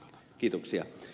kiitoksia